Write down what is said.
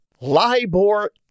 LIBOR